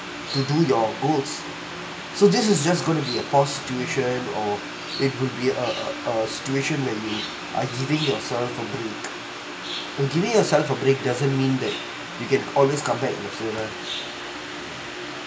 to do your goals so this is just going to be a pause situation or it would be a a a situation where you yourself a giving yourself a break doesn't mean that you can always come back